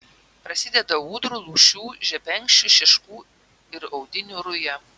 prasideda ūdrų lūšių žebenkščių šeškų ir audinių ruja